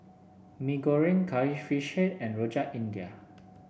Mee Goreng Curry Fish Head and Rojak India